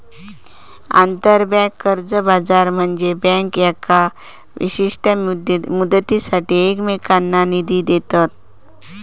आंतरबँक कर्ज बाजार म्हनजे बँका येका विशिष्ट मुदतीसाठी एकमेकांनका निधी देतत